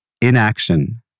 Inaction